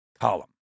column